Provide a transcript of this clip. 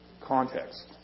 Context